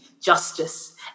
justice